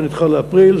זה נדחה לאפריל,